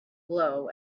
blow